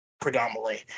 predominantly